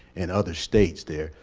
and other states there?